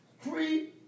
three